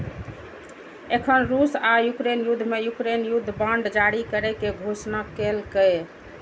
एखन रूस आ यूक्रेन युद्ध मे यूक्रेन युद्ध बांड जारी करै के घोषणा केलकैए